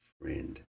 friend